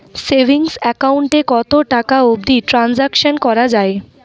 Savings account এ কতো টাকা অবধি ট্রানসাকশান করা য়ায়?